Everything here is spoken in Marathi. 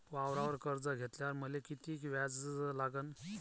वावरावर कर्ज घेतल्यावर मले कितीक व्याज लागन?